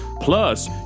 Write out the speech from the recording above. plus